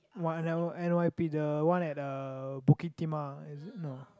one n_y_p the one at uh Bukit-Timah is it no